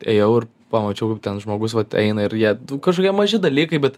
ėjau ir pamačiau ten žmogus vat eina ir jie nu kažkokie maži dalykai bet